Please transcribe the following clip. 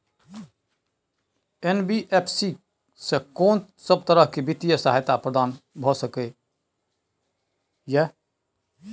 NBFC स कोन सब तरह के वित्तीय सहायता प्रदान भ सके इ? इ